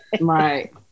Right